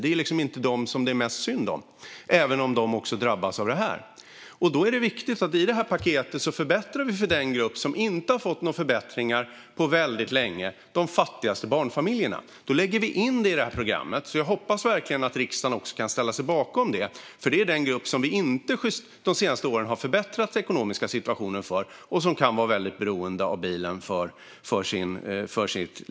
Dem är det alltså inte mest synd om, även om de också drabbas av detta. Därför är det viktigt att vi i detta paket förbättrar för den grupp som inte har fått några förbättringar på länge, och det är de fattigaste barnfamiljerna. Jag hoppas därför att riksdagen ställer sig bakom detta, för det är den grupp vi inte har förbättrat det ekonomiskt för under de senaste åren och som kan vara väldigt beroende av bilen i sin vardag.